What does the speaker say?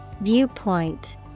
Viewpoint